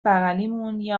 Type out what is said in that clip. بغلیمون، یه